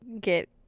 get